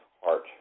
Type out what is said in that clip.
heart